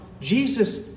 Jesus